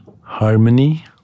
harmony